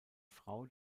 frau